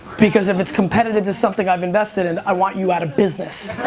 because if it's competitive to something i've invested in i want you out of business.